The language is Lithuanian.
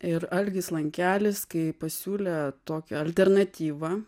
ir algis lankelis kai pasiūlė tokią alternatyvą